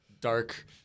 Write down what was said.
dark